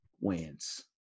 wins